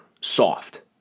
soft